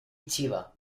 chiba